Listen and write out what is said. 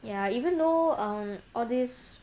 ya even though um all this